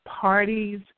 parties